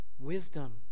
Wisdom